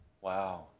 Wow